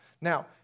Now